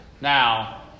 Now